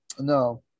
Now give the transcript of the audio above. No